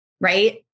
right